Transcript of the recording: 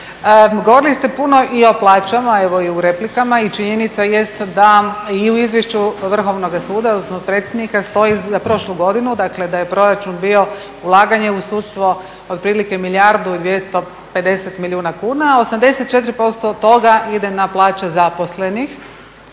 Govorili ste puno i o plaćama, evo i u replikama. I činjenica jest da i u Izvješću Vrhovnoga suda za odnosno predsjednika za prošlu godinu stoji dakle da je proračun bio ulaganje u sudstvo otprilike milijardu i 250 milijuna kuna, a 84% od toga ide na plaće zaposlenih